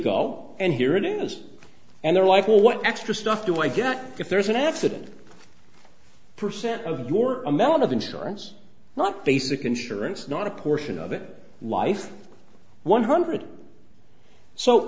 go and here in the us and their life well what extra stuff do i get if there's an accident percent of your amount of insurance not basic insurance not a portion of it life one hundred so